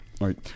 right